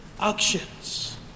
actions